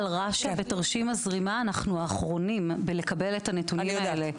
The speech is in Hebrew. בתרשים הזרימה אנחנו ברש"א האחרונים בלקבל את הנתונים האלה.